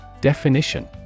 Definition